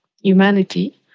humanity